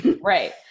Right